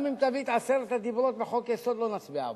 גם אם תביא את עשרת הדיברות בחוק-יסוד לא נצביע עבורו,